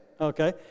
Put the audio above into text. Okay